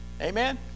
Amen